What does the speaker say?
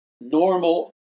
normal